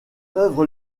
œuvre